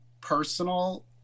personal